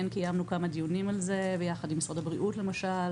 כן קיימנו כמה דיונים על זה ביחד עם משרד הבריאות למשל,